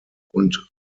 und